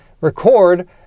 record